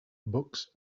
books